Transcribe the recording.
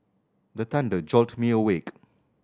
the thunder jolt me awake